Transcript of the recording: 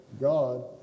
God